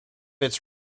its